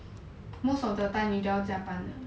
most of the time 你都要加班的